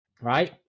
Right